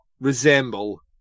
resemble